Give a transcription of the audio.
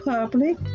Public